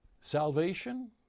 salvation